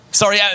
sorry